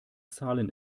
zahlen